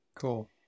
Cool